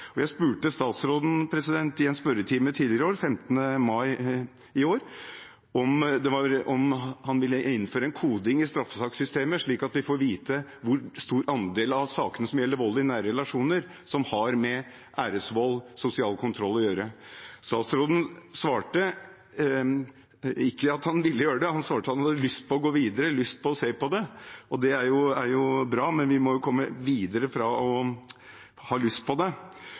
straffesakssystemet. Jeg spurte statsråden i en spørretime tidligere i år, 15. mai, om han ville innføre en koding i straffesakssystemet, slik at vi får vite hvor stor andel av sakene som gjelder vold i nære relasjoner som har med æresvold og sosial kontroll å gjøre. Statsråden svarte ikke at han ville gjøre det, han svarte at han hadde «lyst til å gå videre», lyst til å se på det. Det er jo bra, men vi må jo komme videre fra å ha lyst til det.